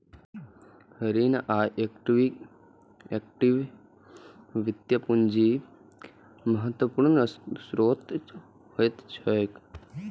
ऋण आ इक्विटी वित्तीय पूंजीक महत्वपूर्ण स्रोत होइत छैक